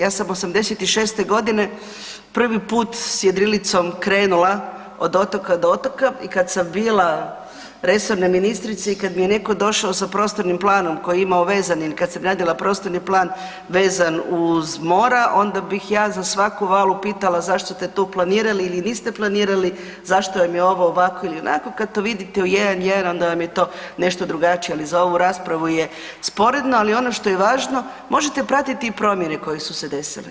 Ja sam '86. godine prvi put s jedrilicom krenula od otoka do otoka i kad sam bila resorna ministrica i kad mi je netko došao sa prostornim planom koji je imao vezanim kad sam radila prostorni plan vezan uz mora onda bih ja za svaku valu pitala zašto ste tu planirali ili niste planirali, zašto vam je ovako ili onako kad to vidite u jedan jedan onda vam je to nešto drugačije ali za ovu raspravu je sporedno, ali ono što je važno možete pratiti i promjene koje su se desile.